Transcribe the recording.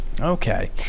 Okay